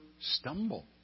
stumble